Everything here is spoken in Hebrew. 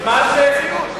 ברצינות.